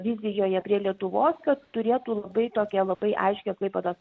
vizijoje prie lietuvos kad turėtų labai tokią labai aiškią klaipėdos